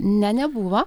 ne nebuvo